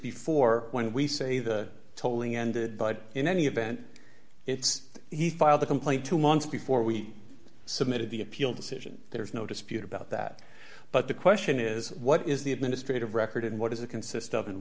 before when we say the tolling ended but in any event it's he filed the complaint two months before we submitted the appeal decision there is no dispute about that but the question is what is the administrative record and what does it consist of and